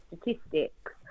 statistics